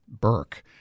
Burke